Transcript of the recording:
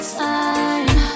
time